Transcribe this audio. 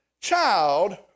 child